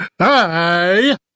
Hi